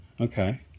Okay